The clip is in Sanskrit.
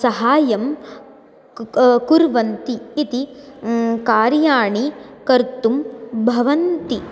सहायं कुर्वन्ति इति कार्याणि कर्तुं भवन्ति